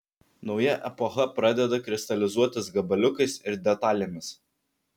nauja epocha pradeda kristalizuotis gabaliukais ir detalėmis